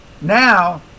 Now